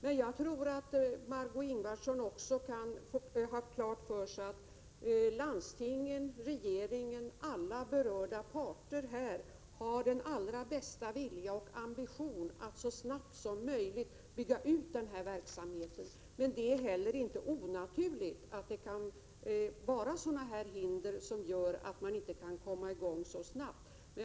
Men jag tror att Margö Ingvardsson kan ha klart för sig att landstingen, regeringen och alla berörda parter har den allra bästa vilja och ambition att så snabbt som möjligt bygga ut denna verksamhet. Det är heller inte onaturligt att det kan finnas sådana här hinder som gör att man inte kan komma i gång så snabbt man önskar.